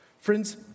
Friends